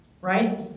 right